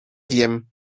wiem